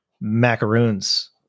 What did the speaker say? macaroons